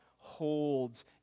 holds